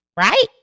right